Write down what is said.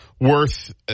worth